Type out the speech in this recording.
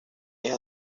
hija